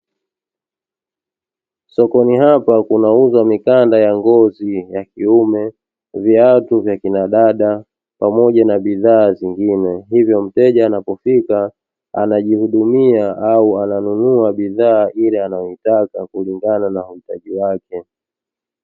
Sokoni hapa kunauzwa mikanda ya ngozi ya kiume viatu vya kina dada pamoja na bidhaa zingine, hivyo mteja anapofika anajihudumia au ananunua bidhaa ile anayoitaka kulingana na uhitaji wake.